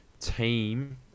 team